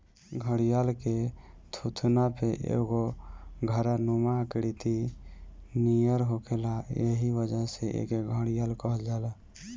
घड़ियाल के थुथुना पे एगो घड़ानुमा आकृति नियर होखेला एही वजह से एके घड़ियाल कहल जाला